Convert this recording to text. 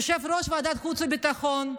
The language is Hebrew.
יושב-ראש ועדת חוץ וביטחון,